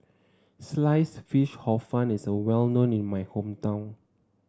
Sliced Fish Hor Fun is well known in my hometown